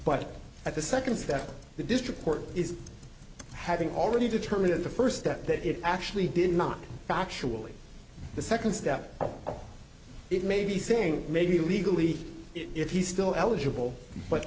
but at the second step the district court is having already determined the first step that it actually did not factually the second step it may be saying maybe legally if he's still eligible but